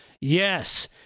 Yes